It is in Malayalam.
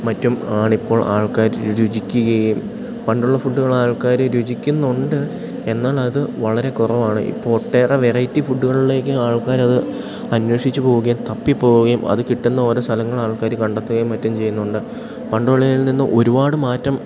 മറ്റും ആണിപ്പോൾ ആൾക്കാർ രു രുചിക്കുകയും പണ്ടുള്ള ഫുഡ്ഡുകൾ ആൾക്കാർ രുചിക്കുന്നുണ്ട് എന്നുള്ളത് വളരെ കുറവാണ് ഇപ്പോൾ ഒട്ടേറെ വെറൈറ്റി ഫുഡ്ഡുകളിലേക്ക് ആൾക്കാരത് അന്വേഷിച്ചു പോകുകയും തപ്പിപ്പോകുകയും അതു കിട്ടുന്ന ഓരോ സ്ഥലങ്ങൾ ആൾക്കാർ കണ്ടെത്തുകയും മറ്റും ചെയ്യുന്നുണ്ട് പണ്ടുള്ളതിൽ നിന്ന് ഒരുപാട് മാറ്റം